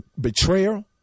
betrayal